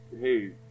hey